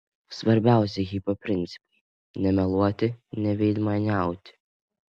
svarbiausi hipio principai nemeluoti neveidmainiauti